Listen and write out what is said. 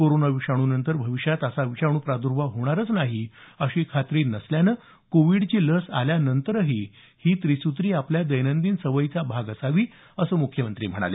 corona विषाणूनंतर भविष्यात असा विषाणू प्राद्भाव होणारच नाही अशी खात्री नसल्याने कोविडची लस आल्यानंतरही ही त्रिसूत्री आपल्या दैनंदिन सवयींचा भाग असावी असं मुख्यमंत्री म्हणाले